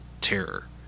terror